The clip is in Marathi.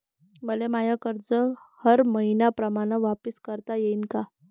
मले माय कर्ज हर मईन्याप्रमाणं वापिस करता येईन का?